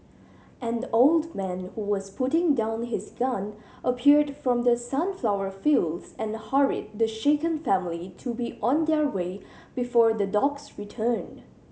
an old man who was putting down his gun appeared from the sunflower fields and hurried the shaken family to be on their way before the dogs return